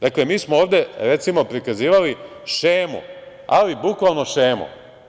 Dakle, mi smo ovde, recimo, prikazivali šemu, ali bukvalno šemu.